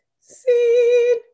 see